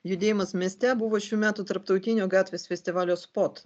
judėjimas mieste buvo šių metų tarptautinio gatvės festivalio spot